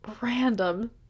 random